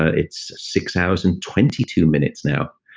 ah it's six hours and twenty two minutes now.